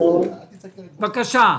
בבקשה.